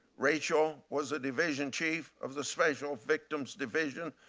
rachel was a division chief of the special victims division,